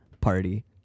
party